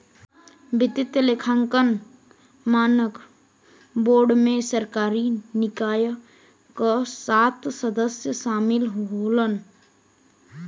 वित्तीय लेखांकन मानक बोर्ड में सरकारी निकाय क सात सदस्य शामिल होलन